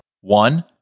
one